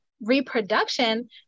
reproduction